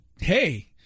hey